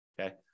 Okay